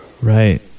Right